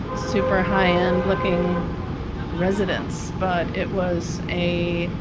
super high end looking residents. but it was a.